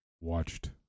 watched